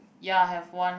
ya have one